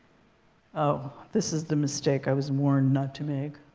oh, this is the mistake i was warned not to make.